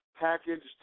packaged